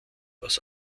aus